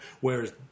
whereas